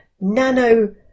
nano